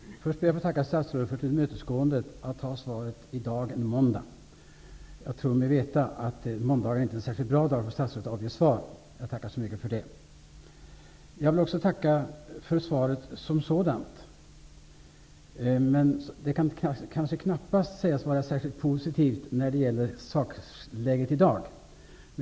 Fru talman! Först ber jag att få tacka statsrådet för tillmötesgåendet att lämna svaret i dag, en måndag. Jag tror mig veta att det inte är en särskilt bra dag för statsrådet att avge svar. Jag tackar så mycket för detta. Jag vill också tacka för svaret som sådant. Det kan dock knappast sägas vara särskilt positivt när det gäller sakläget i dag.